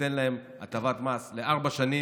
וניתן להם הטבת מס לארבע שנים,